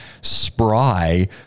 spry